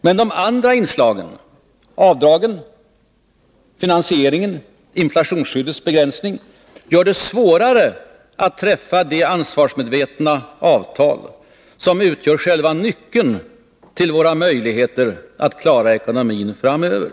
Men de andra inslagen — avdragen, finansieringen, inflationsskyddets begränsning — gör det svårare att träffa det ansvarsmedvetna avtal som utgör själva nyckeln till våra möjligheter att klara ekonomin framöver.